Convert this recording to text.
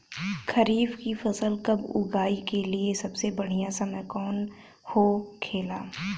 खरीफ की फसल कब उगाई के लिए सबसे बढ़ियां समय कौन हो खेला?